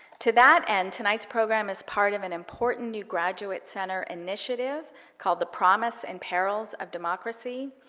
to that end, tonight's program is part of an important new graduate center initiative called the promise and perils of democracy.